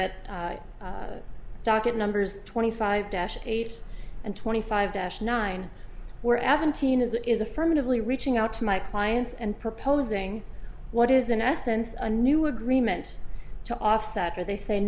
at docket numbers twenty five dash eight and twenty five dash nine were evan teen as it is affirmatively reaching out to my clients and proposing what is in essence of a new agreement to offset or they say